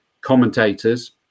commentators